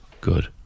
Good